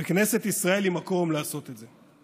וכנסת ישראל היא מקום לעשות זה.